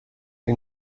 این